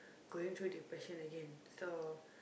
going through depression again so